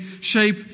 shape